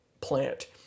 plant